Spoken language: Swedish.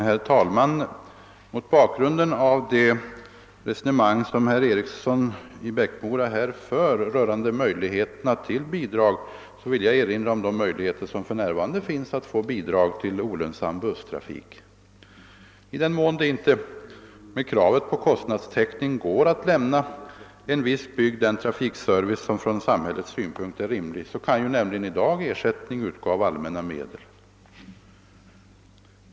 Herr talman! Mot bakgrunden av det resonemang som herr Eriksson i Bäckmora här för rörande möjligheterna till bidrag vill jag erinra om de möjligheter som för närvarande finns att få bidrag till olönsam busstrafik. I den mån det med hänvisning till kravet på kostnadstäckning inte går att lämna en viss bygd den trafikservice som från samhällets synpunkt är rimlig, kan nämligen ersättning utgå av allmänna medel.